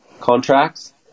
contracts